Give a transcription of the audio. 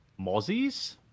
mozzies